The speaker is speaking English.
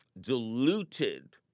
diluted